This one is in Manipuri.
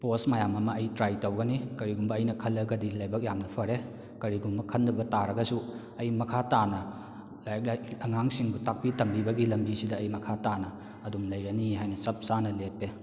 ꯄꯣꯁ ꯃꯌꯥꯝ ꯑꯃ ꯑꯩ ꯇ꯭ꯔꯥꯏ ꯇꯧꯒꯅꯤ ꯀꯔꯤꯒꯨꯝꯕ ꯑꯩꯅ ꯈꯜꯂꯒꯗꯤ ꯂꯥꯏꯕꯛ ꯌꯥꯝꯅ ꯐꯔꯦ ꯀꯔꯤꯒꯨꯝꯕ ꯈꯟꯗꯕ ꯇꯥꯔꯒꯁꯨ ꯑꯩ ꯃꯈꯥ ꯇꯥꯅ ꯂꯥꯏꯔꯤꯛ ꯑꯉꯥꯡꯁꯤꯡꯕꯨ ꯇꯥꯛꯄꯤ ꯇꯝꯕꯤꯕꯒꯤ ꯂꯝꯕꯤꯁꯤꯗ ꯑꯩ ꯃꯈꯥ ꯇꯥꯅ ꯑꯗꯨꯝ ꯂꯩꯔꯅꯤ ꯍꯥꯏꯅ ꯆꯞꯆꯥꯅ ꯂꯦꯞꯄꯦ